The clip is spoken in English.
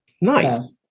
Nice